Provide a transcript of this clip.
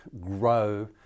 grow